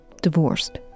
divorced